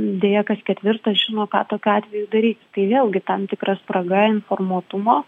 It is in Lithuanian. deja kas ketvirtas žino ką tokiu atveju daryt tai vėlgi tam tikra spraga informuotumo